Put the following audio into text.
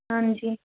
ਹਾਂਜੀ